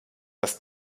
das